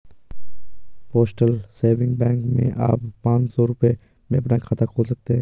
postal saving bank में आप पांच सौ रूपये में अपना खाता खोल सकते हैं